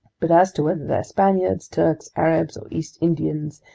but as to whether they're spaniards, turks, arabs, or east indians,